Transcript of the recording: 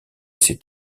ces